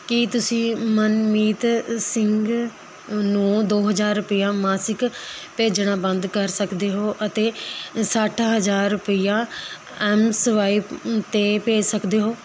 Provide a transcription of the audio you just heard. ਕਿ ਤੁਸੀਂ ਮਨਮੀਤ ਅ ਸਿੰਘ ਅ ਨੂੰ ਦੋ ਹਜ਼ਾਰ ਰੁਪਈਆ ਮਾਸਿਕ ਭੇਜਣਾ ਬੰਦ ਕਰ ਸਕਦੇ ਹੋ ਅਤੇ ਸੱਠ ਹਜ਼ਾਰ ਰੁਪਈਆ ਐੱਮਸਵਾਇਪ ਮ 'ਤੇ ਭੇਜ ਸਕਦੇ ਹੋ